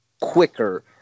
quicker